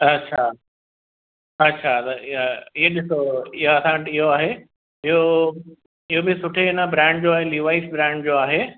अच्छा अच्छा त इ इहो ॾिसो इहो असां वटि इहो आहे ॿियो इहो बि सुठे हिन ब्रांड जो आहे लीवॉइस ब्रांड जो आहे